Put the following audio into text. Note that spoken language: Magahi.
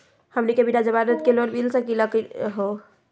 हमनी के बिना जमानत के लोन मिली सकली क हो?